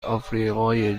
آفریقای